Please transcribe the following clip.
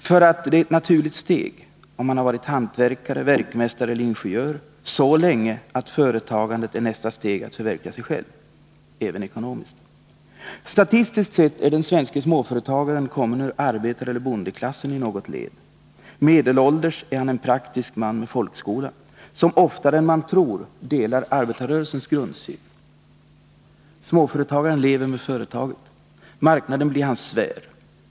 För att det är ett naturligt steg, om man har varit hantverkare, verkmästare eller ingenjör så länge att företagandet är nästa steg att förverkliga sig själv, även ekonomiskt. Statistiskt sett är den svenska småföretagaren kommen ur arbetareller bondeklassen i något led. Medelålders är han en praktisk man med folkskola som oftare än man tror delar arbetarrörelsens grundsyn. Småföretagaren lever med företaget. Marknaden blir hans sfär.